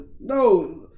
No